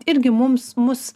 irgi mums mus